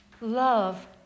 love